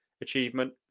achievement